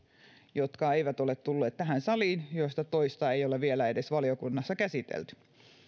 jotka eivät ole tulleet tähän saliin ja joista toista ei ole vielä edes valiokunnassa käsitelty